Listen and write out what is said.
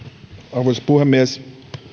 arvoisa puhemies